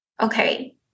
okay